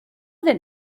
that